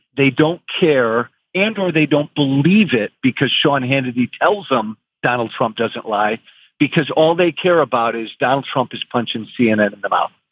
they don't care and or they don't believe it because sean hannity tells them donald trump doesn't lie because all they care about is donald trump is and cnn in the mouth.